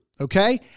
Okay